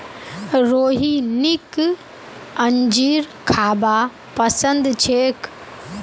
रोहिणीक अंजीर खाबा पसंद छेक